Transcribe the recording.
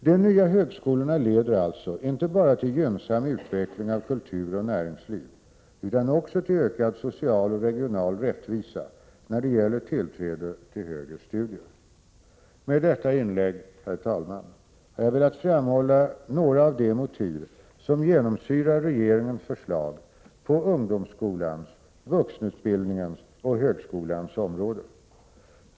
De nya högskolorna leder alltså inte bara till gynnsam utveckling av kulturliv och näringsliv utan också till ökad social och regional rättvisa när det gäller tillträde till högre studier. Med detta inlägg, herr talman, har jag velat framhålla några av de motiv som genomsyrar regeringens förslag på ungdomsskolans, vuxenutbildningens och högskolans områden.